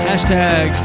Hashtag